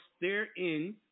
therein